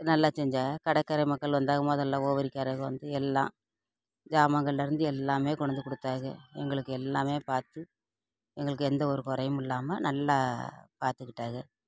நல்லா செஞ்சாக கடற்கரை மக்கள் வந்தாக முதல்ல உவரிகர வந்து எல்லாம் ஜாமங்கல்லேருந்து எல்லாம் கொண்டு வந்து கொடுத்தாக எங்களுக்கு எல்லாம் பார்த்து எங்களுக்கு எந்த ஒரு குறையும் இல்லாமல் நல்லா பார்த்துக்கிட்டாக